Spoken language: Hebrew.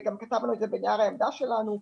וגם כתבנו את זה בנייר העמדה שלנו,